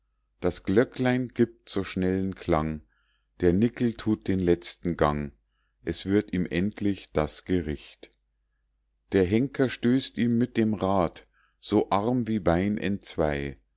das glöcklein gibt so schnellen klang der nickel tut den letzten gang es wird ihm endlich das gericht der henker stößt ihm mit dem rad so arm wie bein entzwei